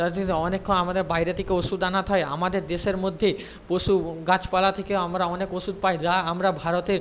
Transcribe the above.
তার জন্য অনেকক্ষণ আমাদের বাইরে থেকে ওষুধ আনাতে হয় আমাদের দেশের মধ্যে পশু গাছপালা থেকে আমরা অনেক ওষুধ পাই যা আমরা ভারতে